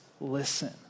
listen